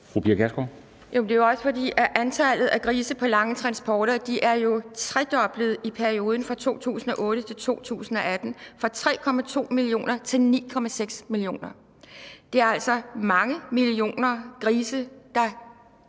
Det er jo også, fordi antallet af grise på lange transporter jo er tredoblet i perioden fra 2008 til 2018, fra 3,2 millioner til 9,6 millioner. Det er altså mange millioner grise, der